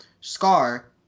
Scar